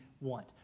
want